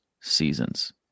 seasons